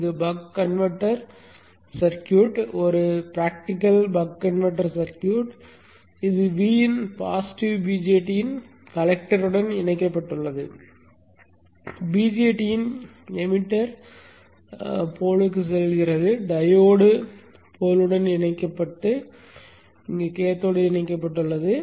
இது buck converter circuit ஒரு practical buck converter circuit இது Vin பாசிட்டிவ் பிஜேடியின் கலெக்டருடன் இணைக்கப்பட்டுள்ளது பிஜேடியின் உமிழ்ப்பான் போலிற்கு செல்கிறது டயோடு போலுடன் இணைக்கப்பட்ட கேத்தோடு இணைக்கப்பட்டுள்ளது